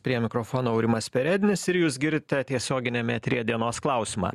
prie mikrofono aurimas perednis ir jūs girdite tiesioginiame eteryje dienos klausimą